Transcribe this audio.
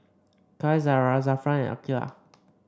Qaisara Zafran and Aqilah